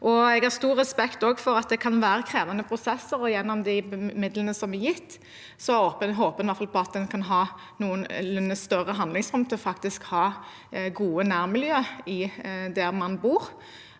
Jeg har også stor respekt for at det kan være krevende prosesser. Gjennom de midlene som er gitt, håper en iallfall på at en kan ha noe større handlingsrom til å ha gode nærmiljøer der man bor,